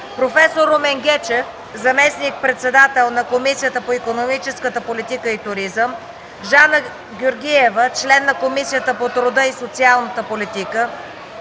проф. Румен Гечев - заместник председател на Комисията по икономическата политика и туризъм, Жара Георгиева – член на Комисията по труда и социалната политика,